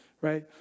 Right